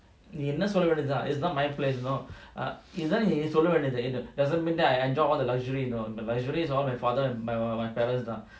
நீஎன்னசொல்லவேண்டியதுனா:nee enna solla vendiathuna it's not my place you know err இதான்நீசொல்லவேண்டியது:idhan nee solla vendiathu doesn't mean that I enjoy all the luxury you know the luxury is all my father and my my my parents lah